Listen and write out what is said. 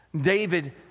David